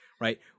right